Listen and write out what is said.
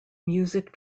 music